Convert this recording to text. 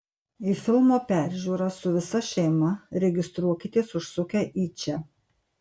į filmo peržiūrą su visa šeima registruokitės užsukę į čia